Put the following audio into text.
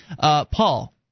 Paul